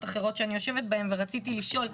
אחרות שאני יושבת בהן ורציתי לשאול,